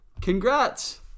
Congrats